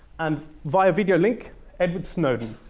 and, via video link edward snowden,